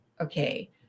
Okay